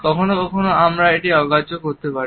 কখনো আমরা এটি অগ্রাহ্য করতে পারি